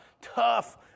tough